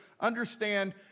Understand